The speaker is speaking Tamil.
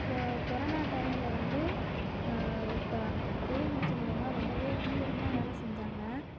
கொ கொரோனா டைம்ல வந்து இப்போ பொது மருத்துவமனையிலலாம் ரொம்பவே தீவிரமாக வேலை செஞ்சாங்கள்